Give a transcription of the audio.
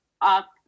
up